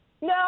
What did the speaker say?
no